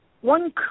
One